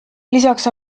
lisaks